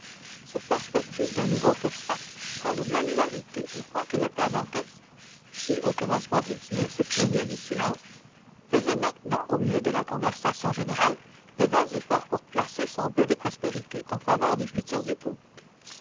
cette perspective d'un nouveau festin redoubla l'hilarité au point que le père dantès qui au commencement du dîner se plaignait du silence faisait maintenant au milieu de la conversation générale de vains efforts pour placer son voeu de prospérité en faveur des futurs époux